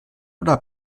oder